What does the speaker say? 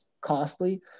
costly